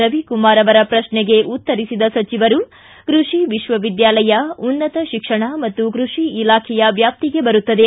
ರವಿಕುಮಾರ್ ಅವರ ಪ್ರಶ್ನೆಗೆ ಉತ್ತರಿಸಿದ ಸಚಿವರು ಕೃಷಿ ವಿಶ್ವವಿದ್ಯಾಲಯ ಉನ್ನತ ಶಿಕ್ಷಣ ಮತ್ತು ಕೃಷಿ ಇಲಾಖೆಯ ವ್ಯಾಪ್ತಿಗೆ ಬರುತ್ತದೆ